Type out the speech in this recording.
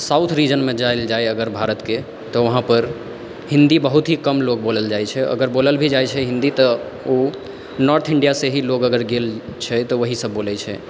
south रीजनमे जाएल जाइ अगर भारतके तऽ वहाँपर हिन्दी बहुत कम लोग बोलल जाइ छै अगर बोलल भी जाइ छै हिन्दी तऽ ओ नार्थ इण्डियासँ ही अगर लोग गेल छै तऽ वही सब बोलै छै